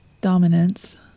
dominance